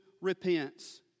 repents